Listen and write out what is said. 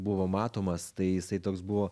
buvo matomas tai jisai toks buvo